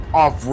off